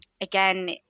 again